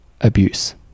abuse